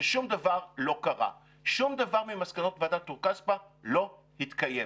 ששום דבר לא קרה; שום דבר ממסקנות ועדת טור-כספא לא התקיים.